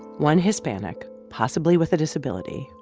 one hispanic, possibly with a disability,